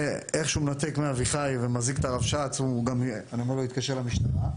איך שהוא מנתק מאביחי ומזעיק את הרבש"ץ אני אומר לו להתקשר למשטרה.